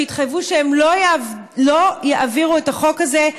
שהתחייבו שלא יעבירו את החוק הזה,